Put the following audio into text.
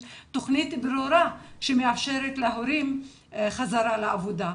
תוכנית ברורה שמאפשרת להורים חזרה לעבודה.